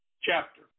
chapter